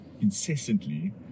incessantly